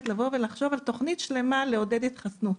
לבוא ולחשוב על תוכנית שלמה לעודד התחסנות.